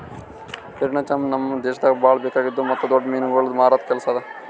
ಕಠಿಣ ಚರ್ಮ ನಮ್ ದೇಶದಾಗ್ ಭಾಳ ಬೇಕಾಗಿದ್ದು ಮತ್ತ್ ದೊಡ್ಡ ಮೀನುಗೊಳ್ ಮಾರದ್ ಕೆಲಸ ಅದಾ